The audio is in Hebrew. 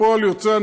כפועל יוצא,